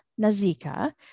Nazika